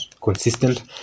consistent